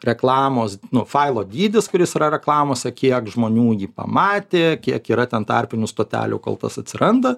reklamos nu failo dydis kuris yra reklamose kiek žmonių jį pamatė kiek yra ten tarpinių stotelių kol tas atsiranda